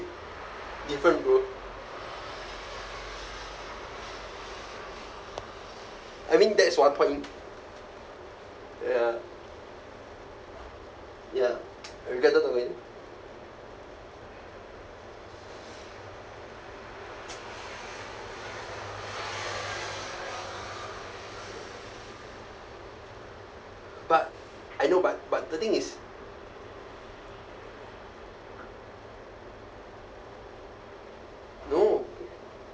different bro I mean that's one point ya ya I regretted but I know but but the thing is no